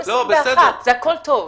הכול טוב.